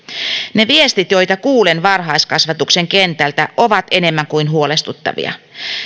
ne viestit joita kuulen varhaiskasvatuksen kentältä ovat enemmän kuin huolestuttavia